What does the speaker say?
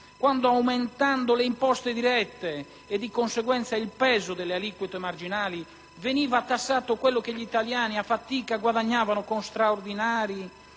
quando, aumentando le imposte dirette e, di conseguenza, il peso delle aliquote marginali, veniva tassato quello che gli italiani a fatica guadagnavano con straordinari